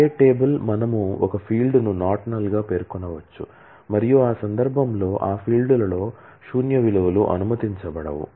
create table మనము ఒక ఫీల్డ్ను నాట్ నల్ గా పేర్కొనవచ్చు మరియు ఆ సందర్భంలో ఆ ఫీల్డ్లలో శూన్య విలువలు అనుమతించబడవు